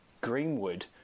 Greenwood